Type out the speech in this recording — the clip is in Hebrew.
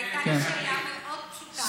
הייתה לי שאלה מאוד פשוטה.